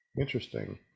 interesting